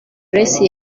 grace